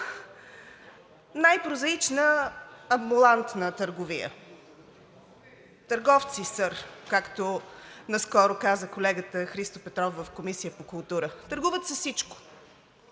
най-прозаична амбулантна търговия. „Търговци, сър!“, както наскоро каза колегата Христо Петров в Комисията по културата – търгуват с всичко: